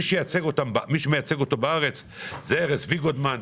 מי שמייצג אותו בארץ זה ארז ויגודמן,